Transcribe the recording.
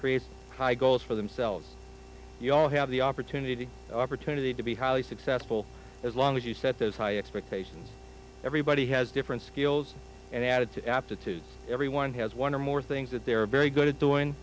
create high goals for themselves you all have the opportunity to opportunity to be highly successful as long as you set those high expectations everybody has different skills and added to aptitude everyone has one or more things that they're very good at doing